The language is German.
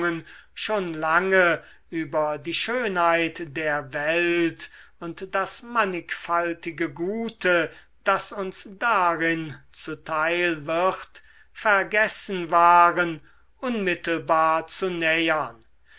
schon lange über die schönheit der welt und das mannigfaltige gute das uns darin zuteil wird vergessen waren unmittelbar zu nähern